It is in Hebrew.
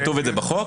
כתוב את זה בחוק.